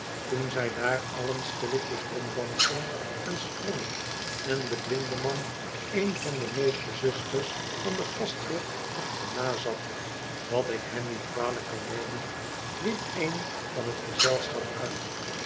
toen zij daar allen stilletjes ronddansten en sprongen en de blindeman een van de mooiste zusters van den gastheer achternazat wat ik hem niet kwalijk kan nemen riep een van t gezelschap uit